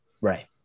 right